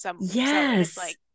Yes